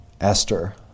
Esther